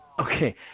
okay